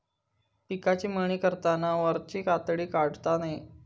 पिकाची मळणी करताना वरची कातडी काढता नये